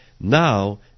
Now